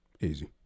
Easy